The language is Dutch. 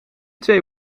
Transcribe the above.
twee